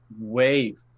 wave